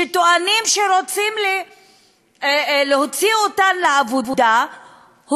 שטוענים שרוצים להוציא אותן לעבודה,